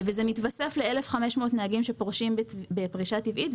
זה מתווסף ל-1,500 נהגים שפורשים בפרישה טבעית.